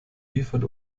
liefert